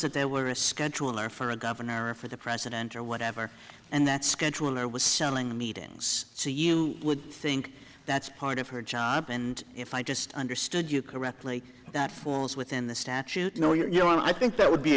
that there were a schedule or for a governor or for the president or whatever and that schedule and i was selling the meetings so you would think that's part of her job and if i just understood you correctly that falls within the statute no you know i think that would be